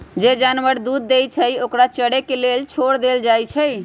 जे जानवर दूध देई छई ओकरा चरे के लेल छोर देल जाई छई